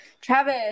Travis